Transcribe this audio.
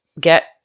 get